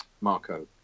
Marco